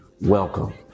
Welcome